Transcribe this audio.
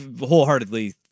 wholeheartedly